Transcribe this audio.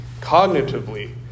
Cognitively